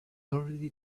already